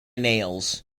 nails